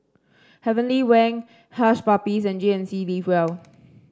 Heavenly Wang Hush Puppies and G N C Live Well